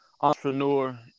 entrepreneur